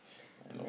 I know